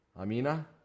Amina